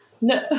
No